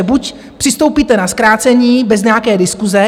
Buď přistoupíte na zkrácení bez nějaké diskuse...